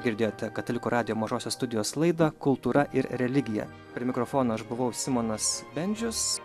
girdėjote katalikų radijo mažosios studijos laidą kultūra ir religija prie mikrofono aš buvau simonas bendžius